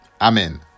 amen